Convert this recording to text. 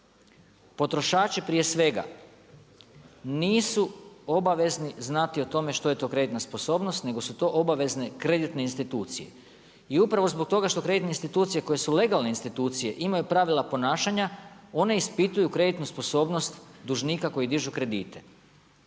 Potrošači prije svega nisu obavezni znati o tome što je to kreditna sposobnost nego su to obavezne kreditne institucije. I upravo zbog toga što kreditne institucije koje su legalne institucije imaju pravila ponašanja one ispituju kreditnu sposobnost dužnika koji dižu kredite.